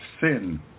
sin